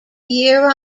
year